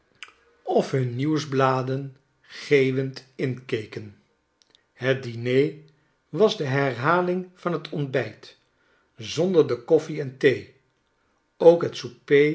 om die nieuwsbladen geeuwend inkeken het diner was de herhaling van t ontbijt zonder de koffie en thee ook het